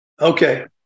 Okay